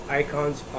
icons